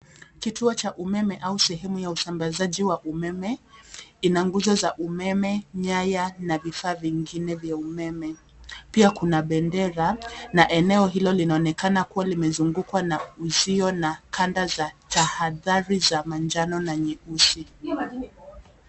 Kituo cha umeme au sehemu ya usambazaji wa umeme ina nguzo za umeme, nyaya na vifaa vingine vya umeme. Pia kuna bendera na eneo hilo linaonekana kuwa limezungukwa na uzio na kanda za tahadhari za manjano na nyeusi.